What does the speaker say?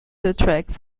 attracts